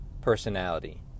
personality